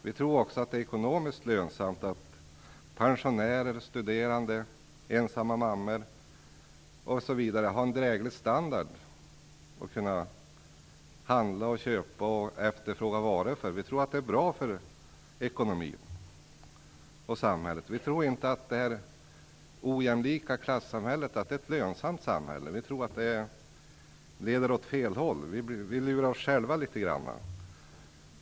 Vi tror att det även är ekonomiskt lönsamt att pensionärer, studerande och ensamma mammor m.fl. har en dräglig standard och att de kan handla och efterfråga varor. Vi tror att detta är bra för ekonomin och för samhället. Vi tror inte att det ojämlika klassamhället är ett lönsamt samhälle. Vi tror att det innebär att man lurar sig själv, och att det leder åt fel håll.